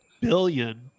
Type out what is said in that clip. billion